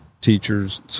teachers